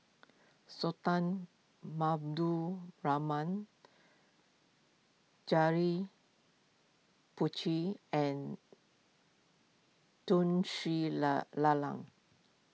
Sultan Rahman Janil and Tun Sri la Lanang